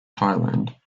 thailand